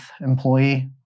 employee